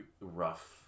rough